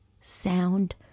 sound